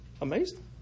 amazing